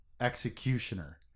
executioner